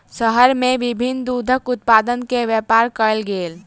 शहर में विभिन्न दूधक उत्पाद के व्यापार कयल गेल